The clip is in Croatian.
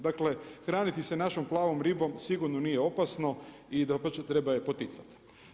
Dakle, hraniti se našom plavom ribom sigurno nije opasno i dapače treba je poticati.